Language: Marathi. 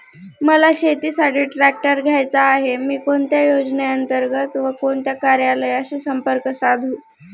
मला शेतीसाठी ट्रॅक्टर घ्यायचा आहे, मी कोणत्या योजने अंतर्गत व कोणत्या कार्यालयाशी संपर्क साधू?